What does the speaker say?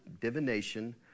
divination